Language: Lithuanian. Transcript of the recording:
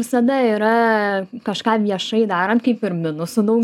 visada yra kažką viešai darant kaip ir minusų daug